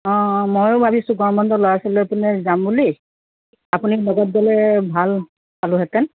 অঁ অঁ ময়ো ভাবিছোঁ গৰম বন্ধত ল'ৰা ছোৱালী লৈ পিনে যাম বুলি আপুনি লগত গ'লে ভাল পালোঁহেতেন